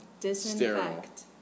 Disinfect